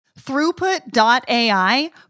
Throughput.ai